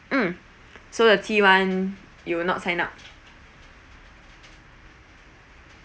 mm so the tea [one] you will not sign up